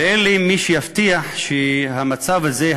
אין מי שיבטיח שהמצב הזה,